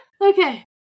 Okay